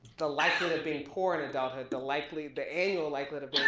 the likelihood of being poor in adulthood, the likely, the annual likelihood of